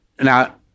Now